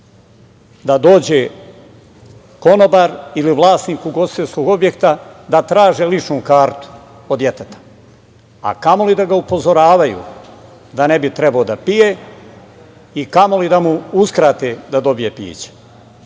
da dođe konobar ili vlasnik ugostiteljskog objekta da traže ličnu kartu od deteta, a kamoli da ga upozoravaju da ne bi trebalo da pije i kamoli da mu uskrate da dobije piće.